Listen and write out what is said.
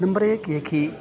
number ایک یہ کہ